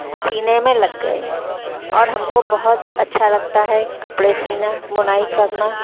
سینے میں لگ گئے اور ہم کو بہت اچھا لگتا ہے کپڑے سینا بنائی کرنا